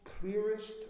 clearest